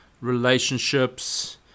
relationships